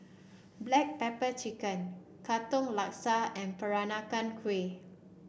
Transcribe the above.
Black Pepper Chicken Katong Laksa and Peranakan Kueh